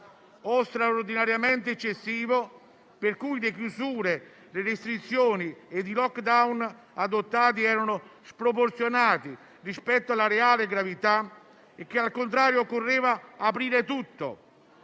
o straordinariamente eccessivo, per cui le chiusure, le restrizioni e i *lockdown* adottati erano sproporzionati rispetto alla reale gravità e che, al contrario, occorreva aprire tutto,